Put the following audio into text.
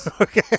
Okay